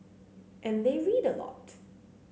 and they read a lot